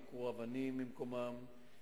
עקרו אבנים ממקומן,